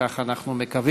כך אנחנו מקווים,